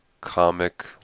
comic